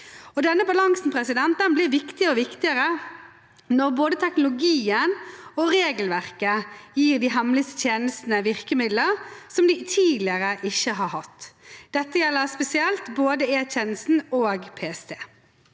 Denne balansen blir viktigere og viktigere når både teknologien og regelverket gir de hemmelige tjenestene virkemidler som de tidligere ikke har hatt. Dette gjelder spesielt både E-tjenesten og PST.